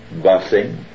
busing